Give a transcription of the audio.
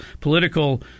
Political